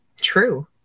True